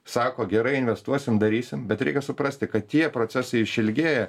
sako gerai investuosim darysim bet reikia suprasti kad tie procesai išilgėja